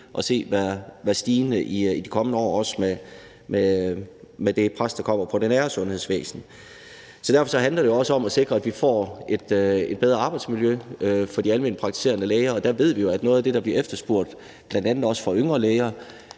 at se være stigende i de kommende år, også med det pres, der kommer fra det nære sundhedsvæsen. Så det handler også om at sikre, at vi får et bedre arbejdsmiljø for de almenpraktiserende læger, og der ved vi, at noget af det, der bliver efterspurgt fra bl.a. yngre læger